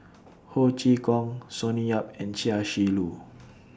Ho Chee Kong Sonny Yap and Chia Shi Lu